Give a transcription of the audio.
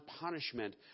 punishment